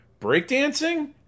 Breakdancing